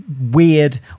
weird